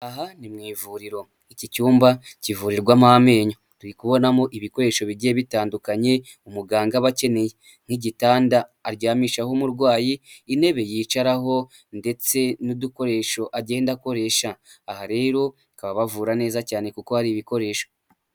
Aha ni mu ivuriro iki cyumba kivurirwamo amenyo, turi kubonamo ibikoresho bigiye bitandukanye umuganga aba akeneye, nk'igitanda aryamishaho umurwayi, intebe yicaraho ndetse n'udukoresho agenda akoresha, aha rero bakaba bavura neza cyane kuko hari ibikoresho.